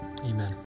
Amen